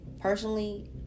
personally